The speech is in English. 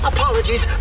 Apologies